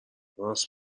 راست